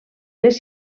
les